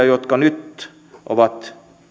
jotka nyt ovat